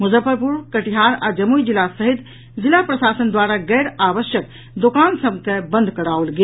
मुजफ्फरपुर कटिहार आ जमुई जिला सहित जिला प्रशासन द्वारा गैर आवश्यक दोकान सभ के बंद कराओल गेल